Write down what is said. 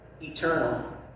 eternal